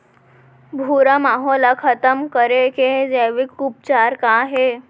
भूरा माहो ला खतम करे के जैविक उपचार का हे?